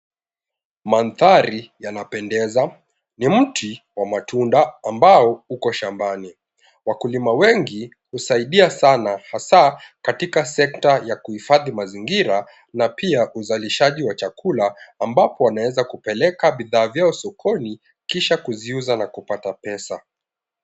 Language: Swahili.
Mandhari yanapendeza ni mti wa matunda ambao uko shambani, wakulima wengi husaidia sana hasa katika sekta ya kuhifadhi mazingira na pia uzalishaji wa vyakula ambapo wanaweza kupeleka bidhaa vyao soko kisha kuziuza na kupata pesa.